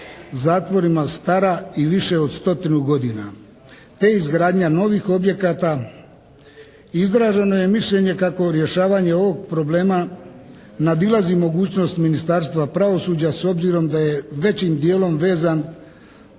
zatvorima stara i više od stotinu godina, te izgradnja novih objekata. Izraženo je mišljenje kako rješavanje ovog problema nadilazi mogućnost Ministarstva pravosuđa s obzirom da je većim dijelom vezan